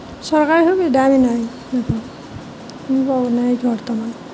চৰকাৰী সুবিধা আমি নাই নাই পোৱা আমি পাব নাই বৰ্তমান